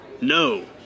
No